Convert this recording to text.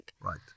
Right